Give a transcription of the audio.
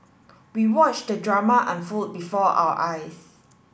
we watched the drama unfold before our eyes